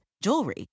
jewelry